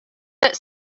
that